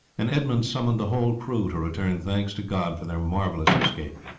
and edmund summoned the whole crew to return thanks to god for their marvellous escape.